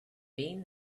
been